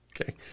okay